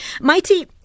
Mighty